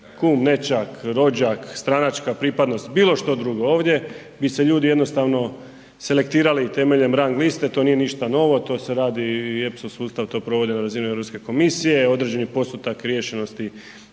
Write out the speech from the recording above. kum, nećak, rođak, stranačka pripadnost, bilo šta drugo ovdje bi se ljudi jednostavno selektirali i temeljem rang liste, to nije ništa novo, to se radi i EPSO sustav to provodi na razini Europske komisije, određeni postotak riješenosti